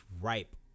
ripe